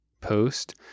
post